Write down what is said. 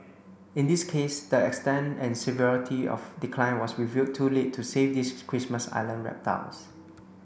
in this case the extent and severity of decline was revealed too late to save these Christmas Island reptiles